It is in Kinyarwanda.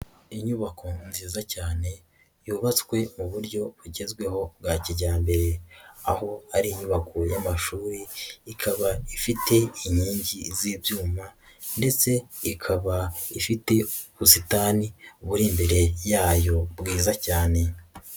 Inyubako nziza cyane yubatswe mu buryo bugezweho bwa kijyambere, aho ari inyubako y'amashuri, ikaba ifite inkingi z'ibyuma ndetse ikaba ifite ubusitani buri imbere yayo bwiza cyane.